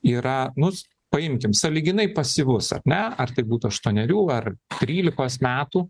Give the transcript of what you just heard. yra nus paimkim sąlyginai pasyvus ar ne ar tai būtų aštuonerių ar trylikos metų